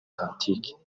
authentique